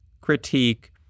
critique